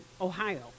Ohio